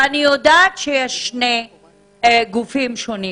ואני יודעת שיש שני גופי מתמחים שונים.